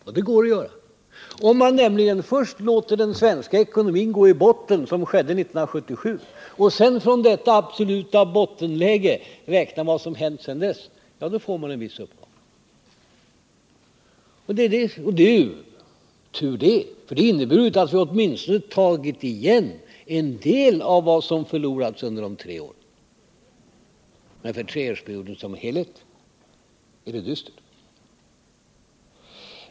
Och det går att göra — om man nämligen först låter den svenska ekonomin gå i botten, som skedde 1977, och sedan från detta absoluta bottenläge räknar vad som har hänt sedan dess. Då får man en viss uppgång. Och det är ju tur det, för det visar att vi åtminstone har tagit igen en del av vad som förlorats under tre år. Men för treårsperioden som helhet är det dystert.